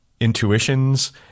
intuitions